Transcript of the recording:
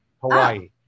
Hawaii